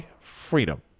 freedom